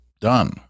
done